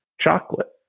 chocolate